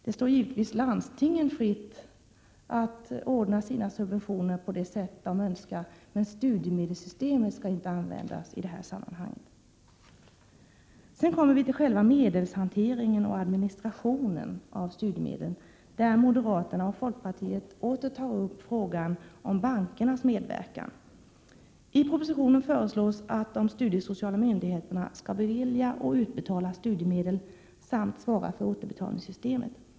Det står givetvis landstingen fritt att ordna sina subventioner på det sätt de önskar, men studiemedelssystemet skall inte användas i det sammanhanget. Sedan kommer vi till själva medelshanteringen och administrationen av studiemedlen. Moderaterna och folkpartiet tar åter upp frågan om bankernas medverkan. I propositionen föreslås att de studiesociala myndigheterna skall bevilja och utbetala studiemedel samt svara för återbetalningssystemet.